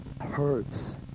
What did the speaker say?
hurts